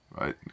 Right